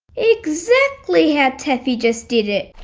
exactly how taffy just did it